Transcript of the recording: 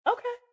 Okay